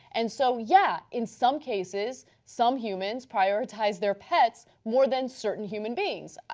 and so yeah in some cases some humans prioritize their pets more than certain human beings.